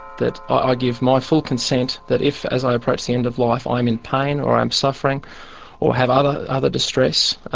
that ah i give my full consent that if as i approach the end of life i am in pain or i am suffering or have other other distress,